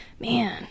man